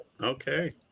okay